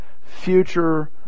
future